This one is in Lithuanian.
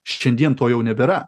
šiandien to jau nebėra